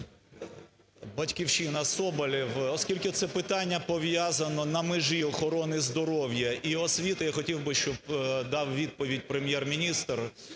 "Батьківщина", Соболєв. Оскільки це питання пов'язано на межі охорони здоров'я і освіти, я хотів би, щоб дав відповідь Прем'єр-міністр.